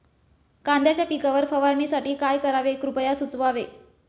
कांद्यांच्या पिकावर फवारणीसाठी काय करावे कृपया सुचवावे